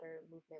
movement